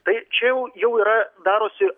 tai čia jau yra darosi